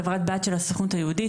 חברת בת של הסוכנות היהודית.